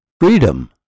freedom